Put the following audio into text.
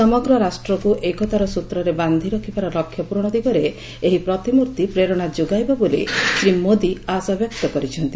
ସମଗ୍ର ରାଷ୍ଟ୍ରକୁ ଏକତାର ସ୍ନତ୍ରରେ ବାନ୍ଧିରଖିବାର ଲକ୍ଷ୍ୟ ପ୍ରରଣ ଦିଗରେ ଏହି ପ୍ରତିମ୍ର୍ତି ପ୍ରେରଣା ଯୋଗାଇବ ବୋଲି ଶ୍ରୀ ମୋଦି ଆଶାବ୍ୟକ୍ତ କରିଛନ୍ତି